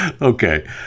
Okay